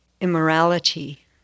immorality